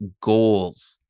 goals